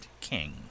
king